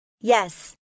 Yes